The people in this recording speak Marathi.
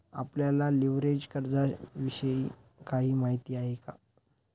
आपल्याला लिव्हरेज कर्जाविषयी काही माहिती आहे का?